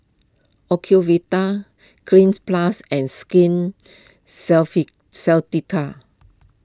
Ocuvite Cleanz Plus and Skin